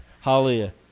Hallelujah